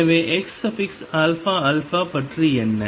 எனவேxαα பற்றி என்ன